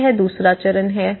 तो यह दूसरा चरण है